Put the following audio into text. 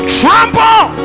trample